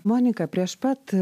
monika prieš pat